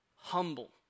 humble